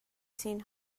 seen